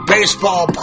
Baseball